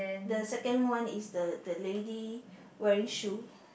the second one is the the lady wearing shoe